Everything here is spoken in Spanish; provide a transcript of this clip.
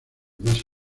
más